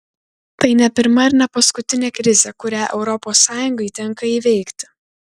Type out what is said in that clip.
tai ne pirma ir ne paskutinė krizė kurią europos sąjungai tenka įveikti